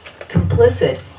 complicit